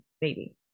baby